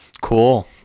Cool